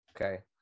okay